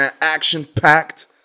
action-packed